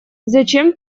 зачем